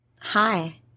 Hi